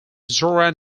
zora